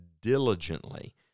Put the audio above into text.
diligently